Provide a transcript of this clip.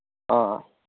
ꯑ ꯑ